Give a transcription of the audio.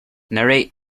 narrate